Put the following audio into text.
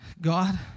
God